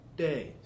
days